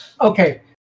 Okay